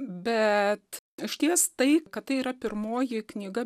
bet iš ties tai kad tai yra pirmoji knyga